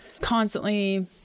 constantly